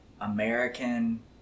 American